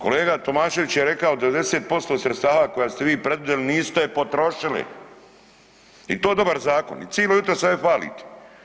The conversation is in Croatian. Kolega Tomašević je rekao 90% sredstava koja ste vi predvidjeli niste potrošili i to je dobar zakon i cijelo jutro se ovdje hvalite.